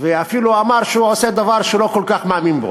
ואפילו אמר שהוא עושה דבר שהוא לא כל כך מאמין בו.